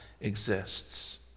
exists